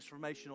transformational